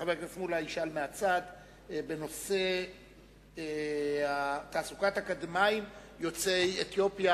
חבר הכנסת מולה ישאל מהצד בנושא תעסוקת אקדמאים יוצאי אתיופיה.